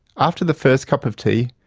after the fi rst cup of tea,